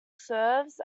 serves